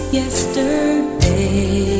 yesterday